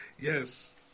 Yes